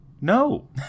no